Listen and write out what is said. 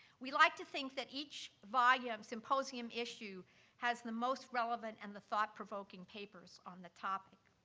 we like to think that each volume, symposium issue has the most relevant and the thought-provoking papers on the topic.